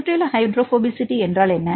சுற்றியுள்ள ஹைட்ரோபோபசிட்டி என்றால் என்ன